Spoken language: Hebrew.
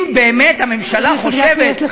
אם באמת הממשלה חושבת,